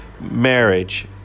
marriage